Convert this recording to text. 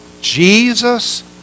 Jesus